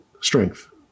strength